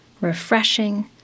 refreshing